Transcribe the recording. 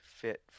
fit